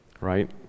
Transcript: right